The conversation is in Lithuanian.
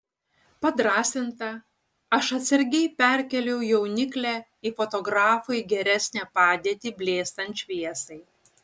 padrąsinta aš atsargiai perkėliau jauniklę į fotografui geresnę padėtį blėstant šviesai